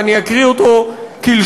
ואני אקריא אותו כלשונו,